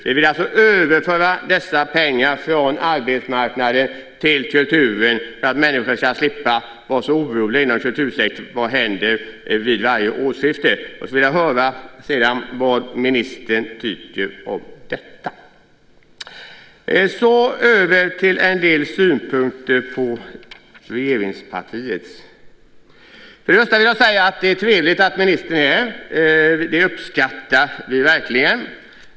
Vi vill alltså överföra dessa pengar från arbetsmarknaden till kulturen för att människor ska slippa vara så oroliga inom kultursektorn för vad som händer vid varje årsskifte. Sedan vill jag höra vad ministern tycker om detta. Därefter ska jag framföra en del synpunkter på regeringspartiet. Först och främst vill jag säga att det är trevligt att ministern är här. Det uppskattar vi verkligen.